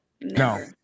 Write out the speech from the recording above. No